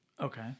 okay